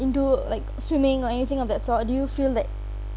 into like swimming or anything of that sort do you feel that